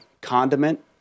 condiment